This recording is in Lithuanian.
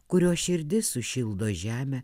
kurios širdis sušildo žemę